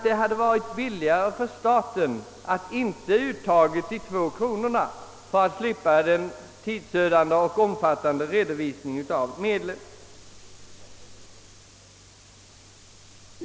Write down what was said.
Det hade varit billigare för staten att inte ta ut de två kronorna och slippa den tidsödande och omfattande redovisningen av medlen.